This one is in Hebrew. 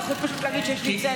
אתה יכול פשוט להגיד שיש לי צליאק.